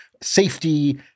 safety